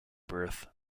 birth